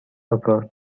across